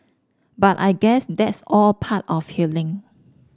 but I guess that's all part of healing